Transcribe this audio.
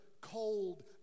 cold